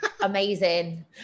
Amazing